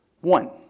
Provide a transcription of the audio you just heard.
One